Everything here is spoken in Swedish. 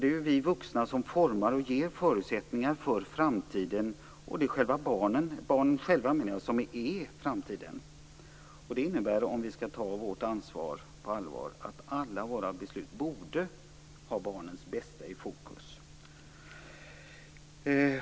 Det är vi vuxna som formar och ger förutsättningar för framtiden, och det är barnen själva som är framtiden. Om vi skall ta vårt ansvar på allvar innebär det att alla våra beslut borde ha barnens bästa i fokus.